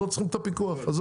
אז בשביל מה צריך פיקוח?! היה